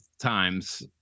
times